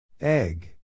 Egg